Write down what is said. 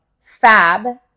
fab